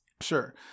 Sure